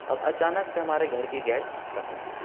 اور اچانک سے ہمارے گھر کی گیس ختم ہو گئی